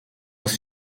бус